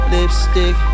Lipstick